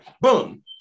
boom